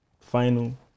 final